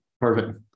perfect